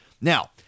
Now